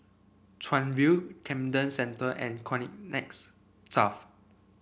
Chuan View Camden Centre and Connexis South